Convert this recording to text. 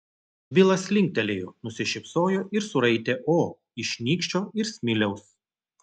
bilas linktelėjo nusišypsojo ir suraitė o iš nykščio ir smiliaus